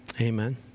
amen